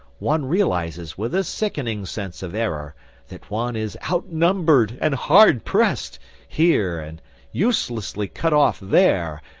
one realises with a sickening sense of error that one is outnumbered and hard pressed here and uselessly cut off there,